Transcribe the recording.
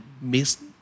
miss